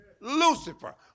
Lucifer